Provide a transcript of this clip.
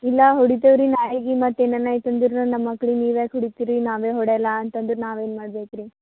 ಇಲ್ಲ ಹೊಡಿತೇವೆ ರೀ ನಾಳೆಗೆ ಮತ್ತೆ ಏನಾನ ಆಯಿತು ಅಂದ್ರೆ ಮತ್ತೆ ನಮ್ಮ ಮಕ್ಳಿಗೆ ನೀವು ಯಾಕೆ ಹೊಡಿತೀರಿ ನಾವೇ ಹೊಡೆಯಲ್ಲಾ ಅಂತಂದ್ರೆ ನಾವೇನು ಮಾಡ್ಬೇಕು ರೀ